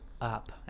up